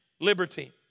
liberty